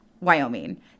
Wyoming